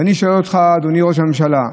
ואני שואל אותך, אדוני ראש הממשלה,